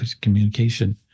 communication